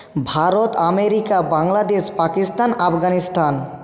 Bharat America Bangladesh Pakistan Afghanistan